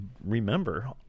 remember